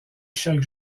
chaque